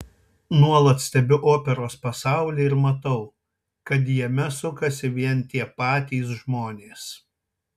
nuolat stebiu operos pasaulį ir matau kad jame sukasi vien tie patys žmonės